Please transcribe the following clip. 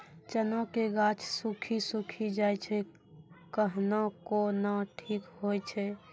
चना के गाछ सुखी सुखी जाए छै कहना को ना ठीक हो छै?